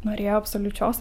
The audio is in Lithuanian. norėjo absoliučios